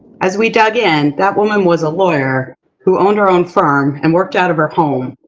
as we dug in, that woman was a lawyer who owned her own firm and worked out of her home.